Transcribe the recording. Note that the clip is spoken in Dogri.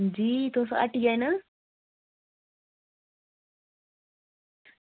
हां जी तुस हट्टिया न